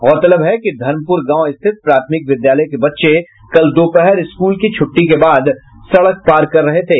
गौरतलब है कि धर्मप्रर गांव स्थित प्राथमिक विद्यालय के बच्चे कल दोपहर स्कूल की छुट्टी के बाद सड़क पार कर रहे थे